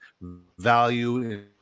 value